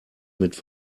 mit